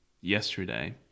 yesterday